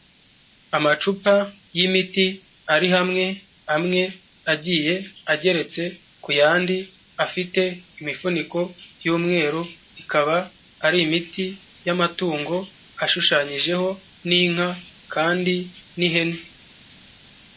Amacupa y'imiti ari hamwe, amwe agiye ageretse ku yandi, afite imifuniko y'umweru, ikaba ari imiti y'amatungo ashushanyijeho n'inka kandi n'ihene.